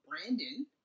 Brandon